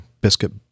biscuit